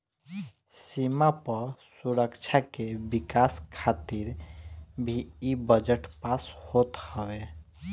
सीमा पअ सुरक्षा के विकास खातिर भी इ बजट पास होत हवे